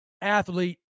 athlete